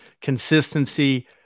consistency